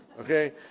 Okay